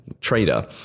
trader